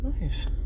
Nice